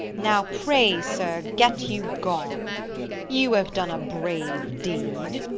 now, pray, sir, get you gone you have done a brave deed.